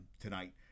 tonight